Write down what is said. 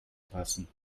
passen